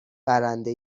برنده